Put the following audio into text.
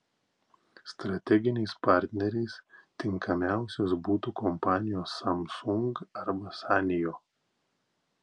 strateginiais partneriais tinkamiausios būtų kompanijos samsung arba sanyo